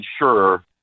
ensure